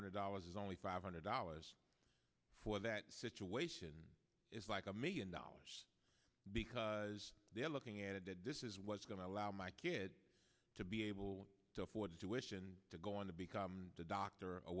hundred dollars is only five hundred dollars for that situation is like a million dollars because they're looking at it that this is what's going to allow my kids to be able to afford to jewish and to go on to become a doctor or